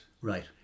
Right